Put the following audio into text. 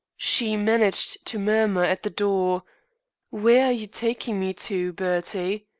she managed to murmur at the door where are you taking me to, bertie?